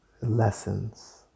lessons